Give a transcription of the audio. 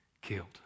killed